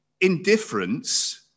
indifference